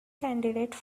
candidate